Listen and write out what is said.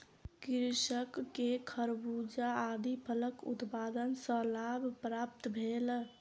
कृषक के खरबूजा आदि फलक उत्पादन सॅ लाभ प्राप्त भेल